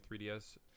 3DS